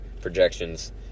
Projections